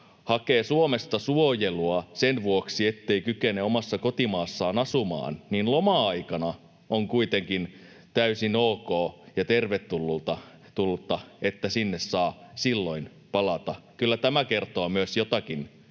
hakee Suomesta suojelua sen vuoksi, ettei kykene omassa kotimaassaan asumaan, niin loma-aikana on kuitenkin täysin ok ja tervetullutta sinne palata. Kyllä tämä kertoo myös jotakin